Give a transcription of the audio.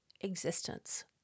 existence